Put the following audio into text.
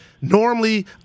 Normally